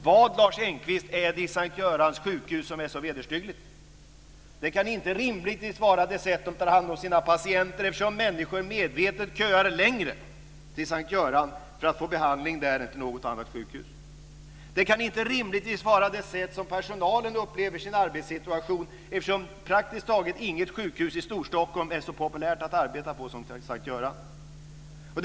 Vad är det i S:t Görans sjukhus som är så vederstyggligt, Lars Engqvist? Det kan inte rimligtvis vara det sätt som det tar hand om sina patienter, eftersom människor medvetet köar längre till S:t Göran för att få behandling där än till något annat sjukhus. Det kan inte rimligtvis vara det sätt på vilket personalen upplever sin arbetssituation, eftersom praktiskt taget inget sjukhus i Storstockholm är så populärt att arbeta på som S:t Göran.